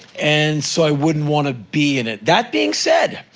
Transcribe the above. and so i wouldn't want to be in it. that being said,